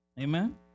Amen